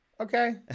okay